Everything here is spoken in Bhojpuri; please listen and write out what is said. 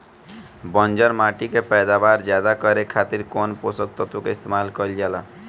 बंजर माटी के पैदावार ज्यादा करे खातिर कौन पोषक तत्व के इस्तेमाल कईल जाला?